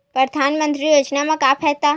परधानमंतरी योजना म का फायदा?